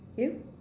you